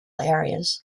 areas